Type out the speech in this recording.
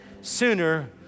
sooner